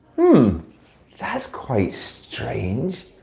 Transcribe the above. hmm that's quite strange.